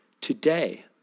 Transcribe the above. today